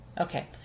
Okay